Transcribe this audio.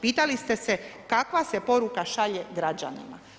Pitali ste se kakva se poruka šalje građanima.